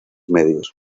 medios